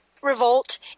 revolt